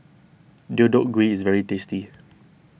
Deodeok Gui is very tasty